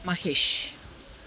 Mahesh